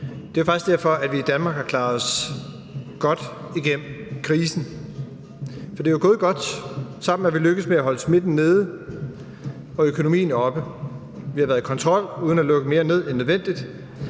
Det er faktisk derfor, at vi i Danmark har klaret os godt igennem krisen. For det er jo gået godt. Sammen er vi lykkedes med at holde smitten nede og økonomien oppe. Vi har været i kontrol uden at lukke mere ned end nødvendigt